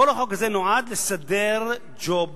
כל החוק הזה נועד לסדר ג'וב